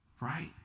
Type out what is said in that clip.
right